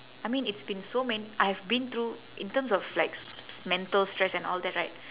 I mean it's been so men~ I've been through in terms of like s~ mental stress and all that right